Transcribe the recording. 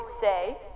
say